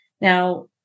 Now